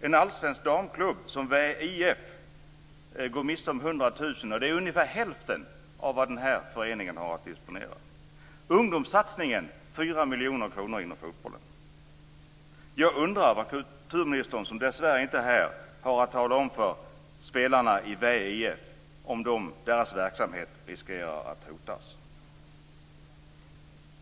En allsvensk damklubb som VEIF går miste om 100 000, vilket är ungefär hälften av vad föreningen har att disponera. Ungdomssatsningen inom fotbollen går miste om 4 miljoner kronor. Jag undrar vad kulturministern, som dessvärre inte är här, har att säga till spelarna i VEIF om deras verksamhet riskerar att hotas.